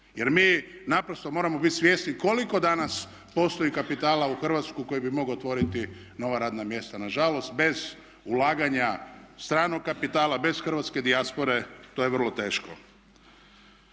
jer mi naprosto moramo biti svjesni koliko danas postoji kapitala u Hrvatskoj koji bi mogao otvoriti nova radna mjesta. Nažalost bez ulaganja stranog kapitala, bez hrvatske dijaspore to je vrlo teško.